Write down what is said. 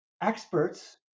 Experts